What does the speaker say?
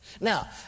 Now